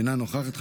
אינה נוכחת,